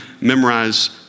memorize